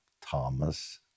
Thomas